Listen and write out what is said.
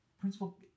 principal